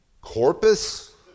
Corpus